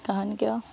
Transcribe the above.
কাৰণ কিয়